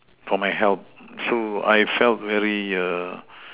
for my help so I felt very err